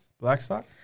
Blackstock